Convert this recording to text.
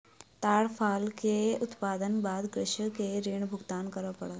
ताड़ फल के उत्पादनक बाद कृषक के ऋण भुगतान कर पड़ल